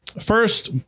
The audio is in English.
First